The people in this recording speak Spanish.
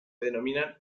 denominan